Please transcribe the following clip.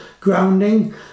grounding